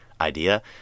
idea